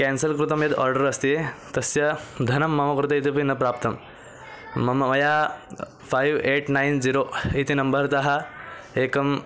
cancel कृतं यद् order अस्ति तस्य धनं मम कृते इतोऽपि न प्राप्तं मम मया फ़ैव् एय्ट् नैन् ज़िरो इति नम्बर्तः एकं